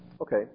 Okay